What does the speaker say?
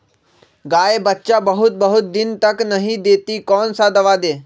गाय बच्चा बहुत बहुत दिन तक नहीं देती कौन सा दवा दे?